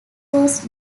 was